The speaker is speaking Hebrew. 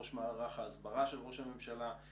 ראש מערך ההסברה של ראש הממשלה,